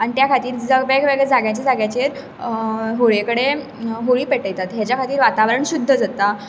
आनी त्या खातीर वेग वेगळ्या जाग्यांचेर जाग्यांचेर होळ्ये कडेन होळी पेटयतात हेज्या खातीर वातावरण शुद्ध जाता